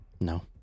No